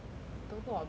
talking about beef right